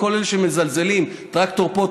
כל אלה שמזלזלים: טרקטור פה,